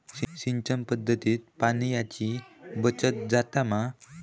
सिंचन पध्दतीत पाणयाची बचत जाता मा?